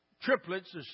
triplets